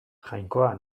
jainkoa